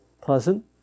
pleasant